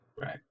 right